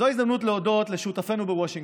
זו ההזדמנות להודות לשותפינו בוושינגטון,